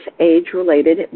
age-related